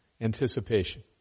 anticipation